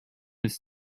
ist